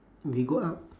we go out